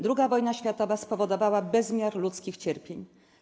II Wojna Światowa spowodowała bezmiar ludzkich cierpień.